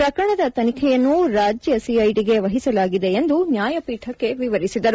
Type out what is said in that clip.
ಪ್ರಕರಣದ ತನಿಖೆಯನ್ನು ರಾಜ್ಯ ಸಿಐಡಿಗೆ ವಹಿಸಲಾಗಿದೆ ಎಂದು ನ್ಯಾಯಪೀಠಕ್ಕೆ ವಿವರಿಸಿದರು